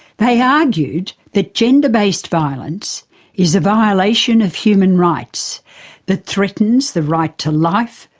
they argued that gender-based violence is a violation of human rights that threatens the right to life,